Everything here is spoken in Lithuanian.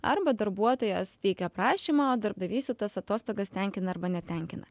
arba darbuotojas teikia prašymą o darbdavys jau tas atostogas tenkina arba netenkina